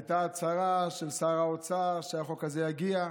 הייתה הצהרה של שר האוצר שהחוק הזה יגיע,